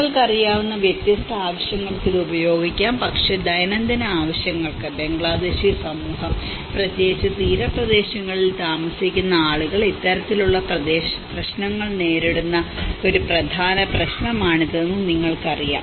നിങ്ങൾക്കറിയാവുന്ന വ്യത്യസ്ത ആവശ്യങ്ങൾക്ക് ഇത് ഉപയോഗിക്കാം പക്ഷേ ദൈനംദിന ആവശ്യങ്ങൾക്ക് ബംഗ്ലാദേശി സമൂഹം പ്രത്യേകിച്ച് തീരപ്രദേശങ്ങളിൽ താമസിക്കുന്ന ആളുകൾ ഇത്തരത്തിലുള്ള പ്രശ്നങ്ങൾ നേരിടുന്ന ഒരു പ്രധാന പ്രശ്നമാണിതെന്ന് നിങ്ങൾക്കറിയാം